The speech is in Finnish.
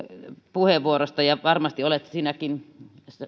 puheenvuorosta ja varmasti